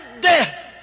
death